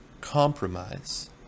compromise